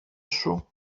σου